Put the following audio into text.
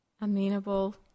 amenable